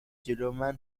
جلومن